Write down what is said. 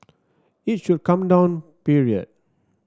it should come down period